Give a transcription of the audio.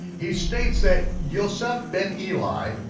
he states that yoseph ben eli,